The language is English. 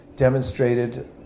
demonstrated